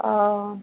অঁ